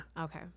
Okay